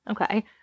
Okay